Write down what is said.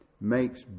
makes